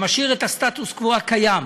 שמשאיר את הסטטוס קוו הקיים.